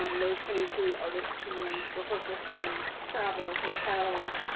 um those can include artist fees, rehearsal fees, travel, hotel,